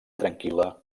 tranquil·la